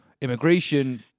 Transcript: immigration